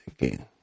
again